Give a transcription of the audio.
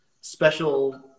special